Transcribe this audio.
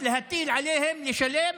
להטיל עליהם לשלם